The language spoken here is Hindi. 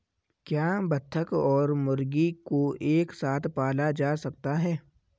क्या बत्तख और मुर्गी को एक साथ पाला जा सकता है?